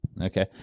Okay